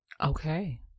Okay